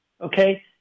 okay